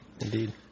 Indeed